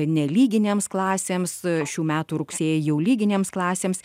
nelyginėms klasėms šių metų rugsėjį jau lyginėms klasėms